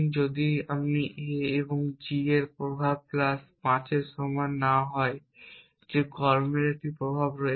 যদি আপনি A এবং g এর প্রভাব প্লাস 5 এর সমান না হয় যে একটি কর্মের এমন একটি প্রভাব রয়েছে